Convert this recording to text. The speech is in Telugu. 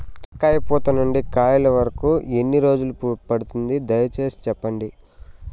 చెనక్కాయ పూత నుండి కాయల వరకు ఎన్ని రోజులు పడుతుంది? దయ సేసి చెప్పండి?